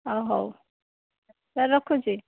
ହଉ ହଉ ତାହେଲେ ରଖୁଛି